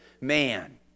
man